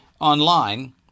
online